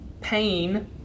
pain